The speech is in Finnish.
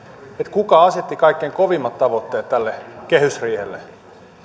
kuka asetti kaikkein kovimmat tavoitteet tälle kehysriihelle